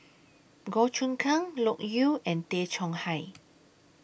Goh Choon Kang Loke Yew and Tay Chong Hai